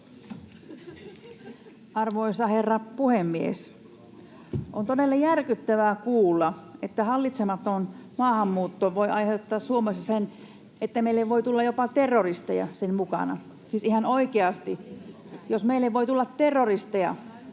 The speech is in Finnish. Arvoisa herra puhemies! On todella järkyttävää kuulla, että hallitsematon maahanmuutto voi aiheuttaa Suomessa sen, että meille voi tulla jopa terroristeja sen mukana. Siis ihan oikeasti — jos meille voi tulla terroristeja,